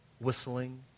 whistling